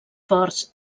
forts